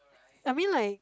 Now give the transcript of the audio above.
I mean like